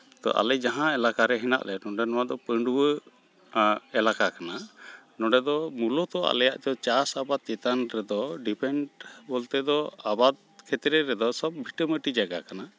ᱛᱚ ᱟᱞᱮ ᱡᱟᱦᱟᱸ ᱮᱞᱟᱠᱟ ᱨᱮ ᱦᱮᱱᱟᱜ ᱞᱮᱭᱟ ᱱᱚᱰᱮ ᱱᱚᱣᱟ ᱫᱚ ᱯᱟᱺᱰᱣᱟᱹᱣᱟᱜ ᱮᱞᱟᱠᱟ ᱠᱟᱱᱟ ᱱᱚᱰᱮ ᱫᱚ ᱢᱩᱞᱚᱛᱚ ᱟᱞᱮᱭᱟᱜ ᱫᱚ ᱪᱟᱥᱼᱟᱵᱟᱫᱽ ᱪᱮᱛᱟᱱ ᱨᱮᱫᱚ ᱰᱤᱯᱮᱱᱴ ᱵᱚᱞᱛᱮ ᱫᱚ ᱟᱵᱟᱫᱽ ᱠᱷᱮᱛᱨᱮ ᱨᱮᱫᱚ ᱥᱚᱵᱽ ᱵᱷᱤᱴᱟᱹᱢᱟᱹᱴᱤ ᱡᱟᱭᱜᱟ ᱠᱟᱱᱟ